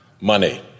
money